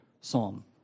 psalm